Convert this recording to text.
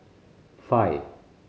five